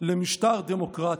למשטר דמוקרטי".